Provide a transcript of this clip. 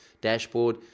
dashboard